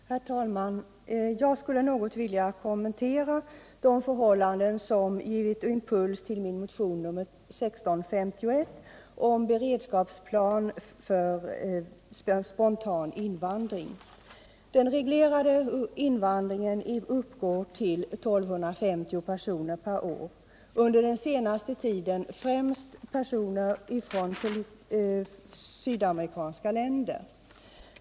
Herr talman! Jag skulle något vilja kommentera de förhållanden som givit impuls till min motion 1651 om en beredskapsplan för spontan invandring. Den reglerade invandringen uppgår till I 250 personer per år, under senaste tiden främst personer från sydamerikanska länder.